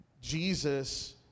Jesus